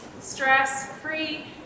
stress-free